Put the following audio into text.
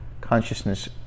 consciousness